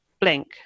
Blink